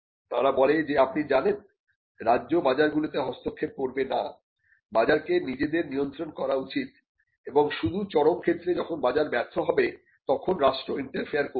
তারা বলে যে আপনি জানেন রাজ্য বাজারগুলিতে হস্তক্ষেপ করবে না বাজারকে নিজেদের নিয়ন্ত্রণ করা উচিত এবং শুধু চরমক্ষেত্রে যখন বাজার ব্যর্থ হবে তখন রাস্ট্র ইন্টারফেয়ার করবে